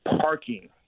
parking